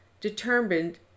determined